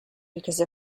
because